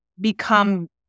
become